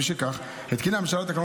משכך, התקינה הממשלה תקנות